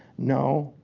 no,